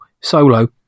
solo